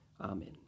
Amen